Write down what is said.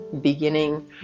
beginning